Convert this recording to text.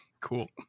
Cool